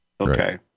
Okay